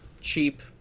cheap